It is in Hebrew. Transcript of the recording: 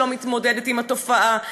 שלא מתמודדת עם התופעה,